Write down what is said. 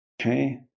Okay